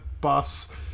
bus